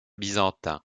byzantin